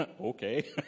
okay